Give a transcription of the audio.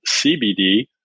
CBD